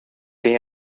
the